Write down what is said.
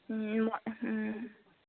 ও